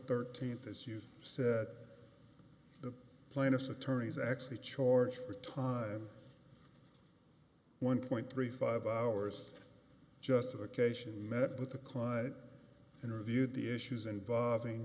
thirteenth as you said the plaintiff's attorneys actually charge for time one point three five hours justification met with the client interviewed the issues involving